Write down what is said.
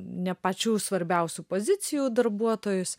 ne pačių svarbiausių pozicijų darbuotojus